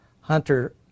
Hunter